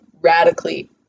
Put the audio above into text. radically